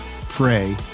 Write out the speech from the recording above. pray